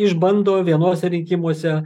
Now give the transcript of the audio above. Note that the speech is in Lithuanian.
išbando vienuose rinkimuose